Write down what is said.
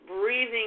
breathing